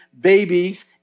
babies